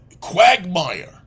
quagmire